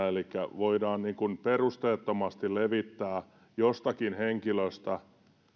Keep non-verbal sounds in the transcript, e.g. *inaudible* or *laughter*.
*unintelligible* elikkä voidaan perusteettomasti levittää jostakin henkilöstä